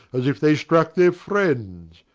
as if they strucke their friends.